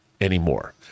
anymore